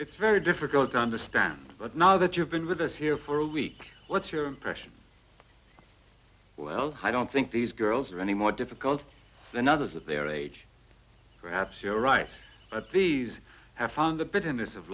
it's very difficult to understand but now that you've been with us here for a week what's your impression well i don't think these girls are any more difficult than others of their age perhaps you're right at the half hour in the bitterness of